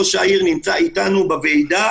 ראשי הערים הם חלק מרכזי במאמץ הזה.